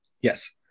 Yes